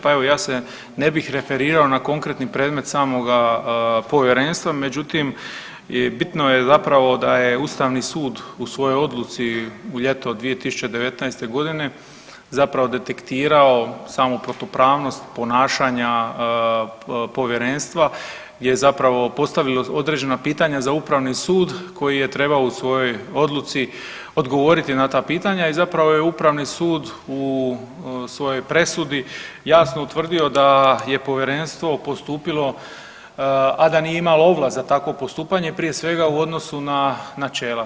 Pa evo ja se ne bih referirao na konkretni predmet samoga povjerenstva, međutim bitno je zapravo da je Ustavni sud u svojoj odluci u ljeto 2019.g. zapravo detektirao samu protupravnost ponašanja povjerenstva jer je zapravo postavilo određena pitanja za Upravni sud koji je trebao u svojoj odluci odgovoriti na ta pitanja i zapravo je Upravni sud u svojoj presudi jasno utvrdio da je povjerenstvo postupilo, a da nije imalo ovlasti za takvo postupanje prije svega u odnosu na načela.